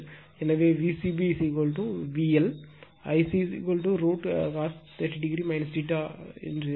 எனவே Vcb VL Ic √ இது cos 30 o ஆக இருக்கும்